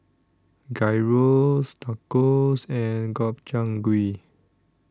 Gyros Tacos and Gobchang Gui